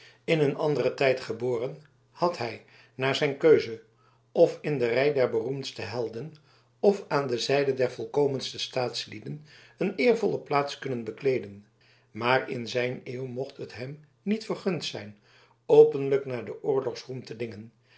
in een anderen tijd geboren had hij naar zijn keuze f in de rij der beroemdste helden f aan de zijde der volkomenste staatslieden een eervolle plaats kunnen bekleeden maar in zijn eeuw mocht het hem niet vergund zijn openlijk naar den oorlogsroem te dingen